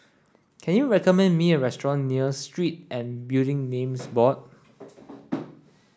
can you recommend me a restaurant near Street and Building Names Board